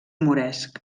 moresc